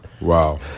Wow